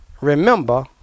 Remember